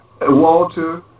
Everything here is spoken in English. Walter